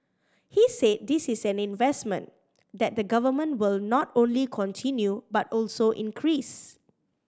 he said this is an investment that the Government will not only continue but also increase